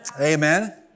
Amen